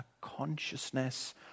consciousness